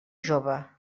jove